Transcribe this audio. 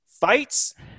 Fights